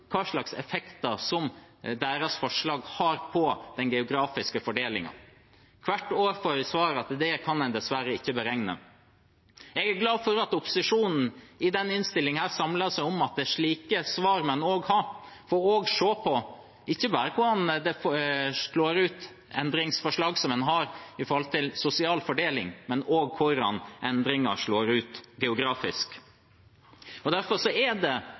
hva slags effekter deres forslag har på den geografiske fordelingen. Hvert år får jeg til svar at det kan en dessverre ikke beregne. Jeg er glad for at opposisjonen i denne innstillingen samler seg om at slike svar må en også ha, for å se på ikke bare hvordan endringsforslag som en har, slår ut med hensyn til sosial fordeling, men også hvordan endringer slår ut geografisk. Derfor er det